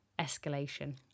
escalation